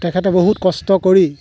তেখেতে বহুত কষ্ট কৰি